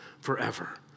forever